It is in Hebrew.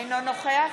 אינו נוכח